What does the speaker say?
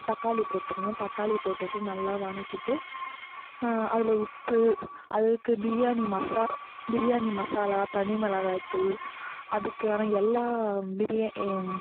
தக்காளி போட்டுக்கணும் தக்காளி போட்டுகிட்டு நல்லா வணக்கிட்டு அதில் உப்பு அதுக்கு பிரியாணி மசா பிரியாணி மசாலா தனி மிளகாய் தூள் அதுக்கு ஆனா எல்லா பிரியா ஏ